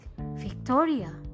Victoria